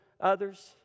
others